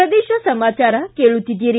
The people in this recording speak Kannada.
ಪ್ರದೇಶ ಸಮಾಚಾರ ಕೇಳುತ್ತಿದ್ದೀರಿ